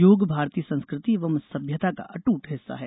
योग भारतीय संस्कृति एवं सभ्यता का अट्ट हिस्सा है